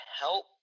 help